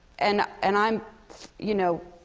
and and i'm you know,